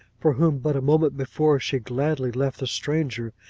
for whom but a moment before she gladly left the stranger,